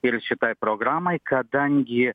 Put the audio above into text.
ir šitai programai kadangi